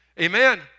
Amen